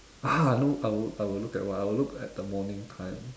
ah I know I would I would look at what I would look at the morning time